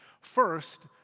First